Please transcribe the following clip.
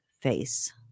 face